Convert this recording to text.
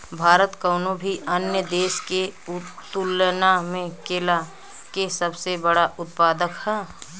भारत कउनों भी अन्य देश के तुलना में केला के सबसे बड़ उत्पादक ह